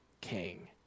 king